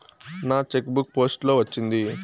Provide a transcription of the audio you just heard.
నా cheque book post లో వచ్చింది